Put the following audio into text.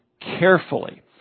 carefully